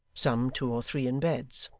some two or three in beds.